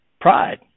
Pride